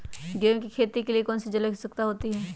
गेंहू की खेती के लिए कौन सी जलवायु की आवश्यकता होती है?